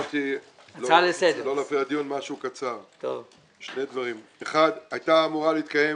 משהו קצר: 1. היתה אמורה להתקיים